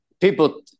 people